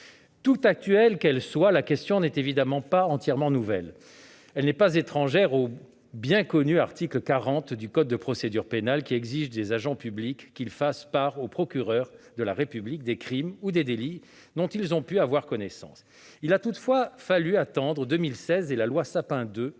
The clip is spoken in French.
est actuelle, cette question n'est évidemment pas entièrement nouvelle. Elle n'est pas étrangère au bien connu article 40 du code de procédure pénale, qui exige des agents publics qu'ils fassent part au procureur de la République des crimes ou des délits dont ils ont pu avoir connaissance. Il a toutefois fallu attendre 2016 et la loi Sapin II